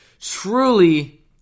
truly